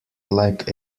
like